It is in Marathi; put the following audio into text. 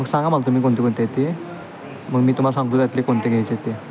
मग सांगा मला तुम्ही कोणते कोणते आहेत ते मग मी तुम्हाला सांगतो त्यातले कोणते घ्यायचे आहेत ते